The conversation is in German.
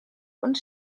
und